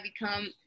become